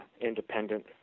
independent